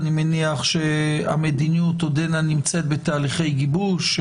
אני מניח שהמדיניות עודנה נמצאת בתהליכי גיבוש.